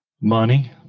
money